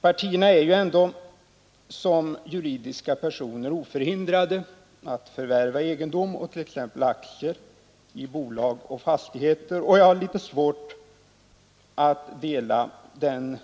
Partierna är ju ändå som juridiska personer oförhindrade att förvärva egendom, t.ex. aktier i bolag och fastigheter. Jag har litet svårt att dela den